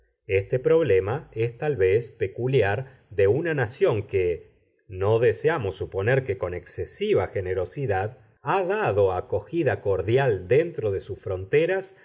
este problema es tal vez peculiar de una nación que no deseamos suponer que con excesiva generosidad ha dado acogida cordial dentro de sus fronteras